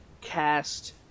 cast